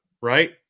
Right